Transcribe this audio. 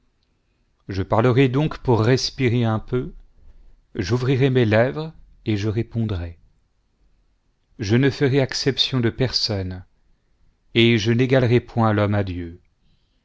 je parlerai donc pour respirer un peu j'ouvrirai mes lèvres et je répondrai je ne ferai acception de personne et je n'égalerai point l'homme à dieu